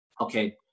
okay